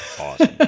Awesome